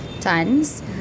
tons